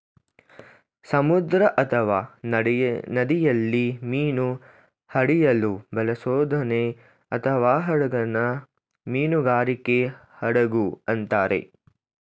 ಸಮುದ್ರ ಅಥವಾ ನದಿಯಲ್ಲಿ ಮೀನು ಹಿಡಿಯಲು ಬಳಸೋದೋಣಿಅಥವಾಹಡಗನ್ನ ಮೀನುಗಾರಿಕೆ ಹಡಗು ಅಂತಾರೆ